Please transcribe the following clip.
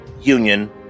Union